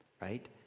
right